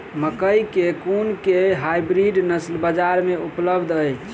मकई केँ कुन केँ हाइब्रिड नस्ल बजार मे उपलब्ध अछि?